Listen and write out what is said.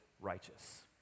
righteous